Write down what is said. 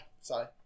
sorry